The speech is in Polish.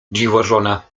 dziwożona